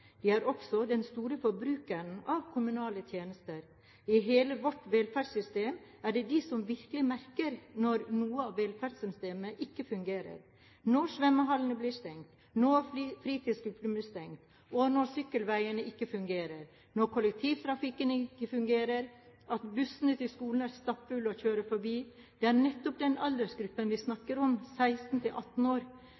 også den store forbrukeren av kommunale tjenester. I hele vårt velferdssystem er det de som virkelig merker det når vårt velferdssystem ikke fungerer. Når svømmehallen blir stengt, når fritidsklubben blir stengt, når sykkelveiene ikke fungerer, når kollektivtrafikken ikke fungerer, og når bussene til skolen er stappfulle og kjører forbi, er det nettopp den aldersgruppen vi